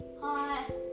Hi